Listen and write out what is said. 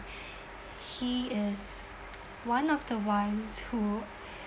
he is one of the ones who